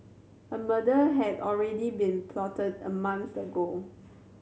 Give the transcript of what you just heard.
a murder had already been plotted a month ago